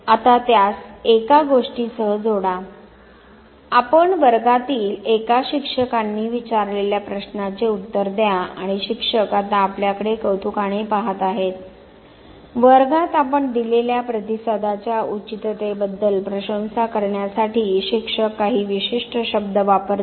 आता त्यास एका गोष्टीसह जोडा आपण वर्गातील एका शिक्षकांनी विचारलेल्या प्रश्नाचे उत्तर द्या आणि शिक्षक आता आपल्याकडे कौतुकाने पहात आहेत वर्गात आपण दिलेल्या प्रतिसादाच्या उचिततेबद्दल प्रशंसा करण्यासाठी शिक्षक काही विशिष्ट शब्द वापरतात